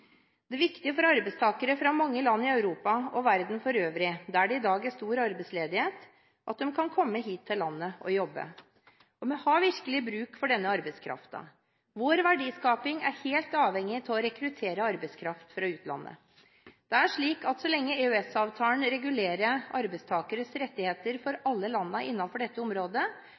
Det er viktig for arbeidstakere fra mange land i Europa og verden for øvrig, der det i dag er stor arbeidsledighet, at de kan komme hit til landet og jobbe, og vi har virkelig bruk for denne arbeidskraften. Vår verdiskaping er helt avhengig av å rekruttere arbeidskraft fra utlandet. Det er slik at så lenge EØS-avtalen regulerer arbeidstakernes rettigheter for alle landene innenfor dette området,